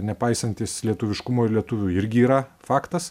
nepaisantis lietuviškumo ir lietuvių irgi yra faktas